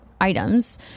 items